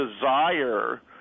desire